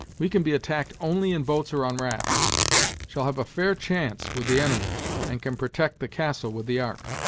we can be attacked only in boats or on rafts shall have a fair chance with the enemy and can protect the castle with the ark.